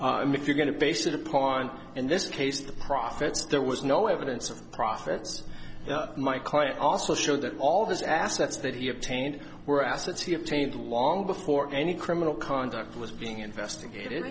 with if you're going to base it upon in this case the profits there was no evidence of profits my client also showed that all of his assets that he obtained were assets he obtained long before any criminal conduct was being investigated